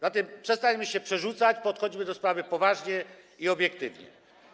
Zatem przestańmy się przerzucać, podchodźmy do sprawy poważnie i obiektywnie.